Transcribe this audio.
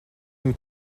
нүд